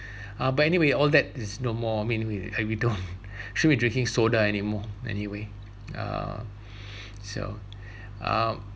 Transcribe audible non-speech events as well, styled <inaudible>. <breath> uh but anyway all that is no more I mean we as we don't <breath> should be drinking soda anymore anyway uh <breath> so <breath> uh